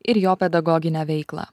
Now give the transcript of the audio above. ir jo pedagoginę veiklą